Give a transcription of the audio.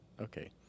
okay